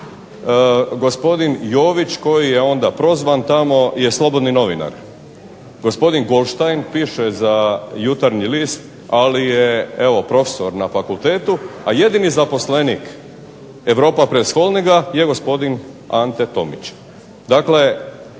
gospodin Jović koji je onda prozvan tamo je slobodan novinar. Gospodin Goldstein piše za Jutarnji list, ali je i profesor na fakultetu, a jedini zaposlenik Europapress holdinga je gospodin Ante Tomić.